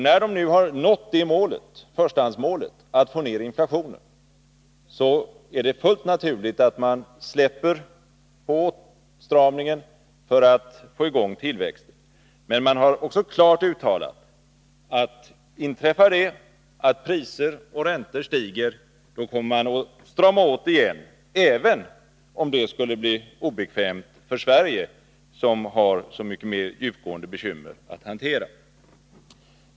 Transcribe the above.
När de nu har nått förstahandsmålet att få ner inflationen är det fullt naturligt att de släpper på åtstramningen för att få i gång tillväxten. Men de har också klart uttalat att inträffar det att priser och räntor stiger, då kommer de att strama åt igen — även om det skulle bli obekvämt för Sverige, som har så mycket mer djupgående bekymmer att hantera.